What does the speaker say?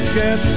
get